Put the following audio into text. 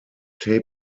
tape